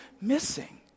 missing